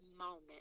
moment